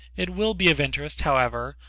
it will be of interest, however,